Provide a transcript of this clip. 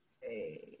hey